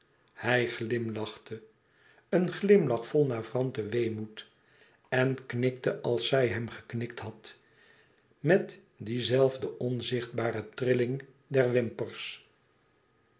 hij glimlachte een glimlach vol navranten weemoed e ids aargang en knikte als zij hem geknikt had met die zelfde onzichtbare trilling der wimpers